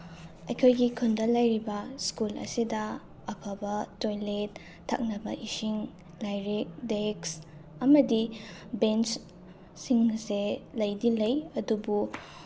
ꯑꯩꯈꯣꯏꯒꯤ ꯈꯨꯟꯗ ꯂꯩꯔꯤꯕ ꯁ꯭ꯀꯨꯜ ꯑꯁꯤꯗ ꯑꯐꯕ ꯇꯣꯏꯂꯦꯠ ꯊꯛꯅꯕ ꯏꯁꯤꯡ ꯂꯥꯏꯔꯤꯛ ꯗꯦꯛꯁ ꯑꯃꯗꯤ ꯕꯦꯟꯁ ꯁꯤꯡ ꯑꯁꯦ ꯂꯩꯗꯤ ꯂꯩ ꯑꯗꯨꯕꯨ